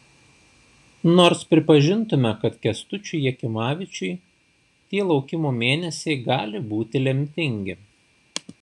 nors pripažintume kad kęstučiui jakimavičiui tie laukimo mėnesiai gali būti lemtingi